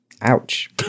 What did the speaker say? Ouch